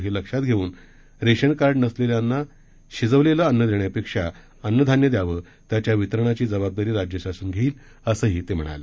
हे लक्षात घेऊन रेशनकार्ड नसलेल्यांना शिजवलेलं अन्न देण्यापेक्षा अन्नधान्य द्यावं त्याच्या वितरणाची जबाबदारी राज्य शासन घेईल असंही ते म्हणाले